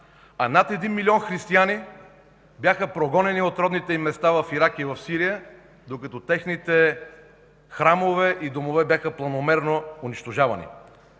а над един милион християни бяха прогонени от родните им места в Ирак и в Сирия, докато техните храмове и домове бяха планомерно унищожавани.